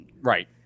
Right